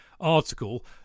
article